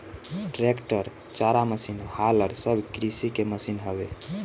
tractor, चारा machine, huller सब कृषि के मशीन हवे